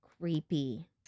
creepy